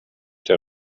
der